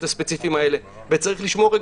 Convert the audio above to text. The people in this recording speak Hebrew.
צריך לשמוע,